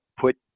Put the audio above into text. put